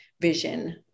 vision